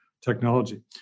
technology